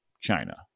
China